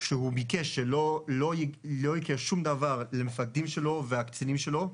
שהוא ביקש שלא יקרה שום דבר למפקדים שלו ולקצינים שלו,